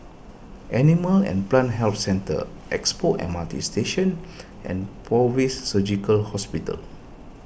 Animal and Plant Health Centre Expo M R T Station and fortis Surgical Hospital